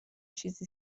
چیزی